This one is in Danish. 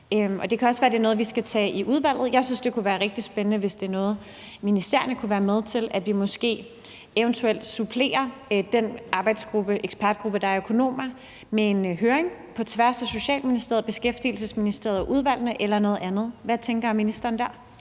Det kunne også være, at det var noget, vi skulle tage i udvalget. Jeg synes, det kunne være rigtig spændende, hvis det var noget, som ministerierne kunne være med til, sådan at man eventuelt kunne supplere den arbejdsgruppe eller ekspertgruppe, der består af økonomer, med en høring på tværs af Socialministeriet, Beskæftigelsesministeriet og udvalgene eller noget andet. Hvad tænker ministeren dér?